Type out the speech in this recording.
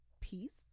peace